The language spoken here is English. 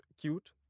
cute